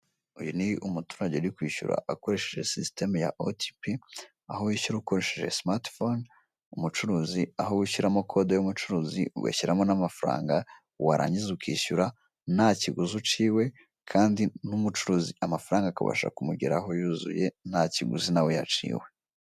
Uyu ni umuturage uri kwishyura akoresheje sisitemu ya OTP, aho wishyura ukoresheje simatifone, umucuruzi aho wowe ushyiramo kode y'umucuruzi ugashyiramo n'amafaranga warangiza ukishyura nta kiguzi uciwe kandi n'umucuruzi amafaranga akabasha kumugeraho yuzuye nta kiguzi na we yaciwe.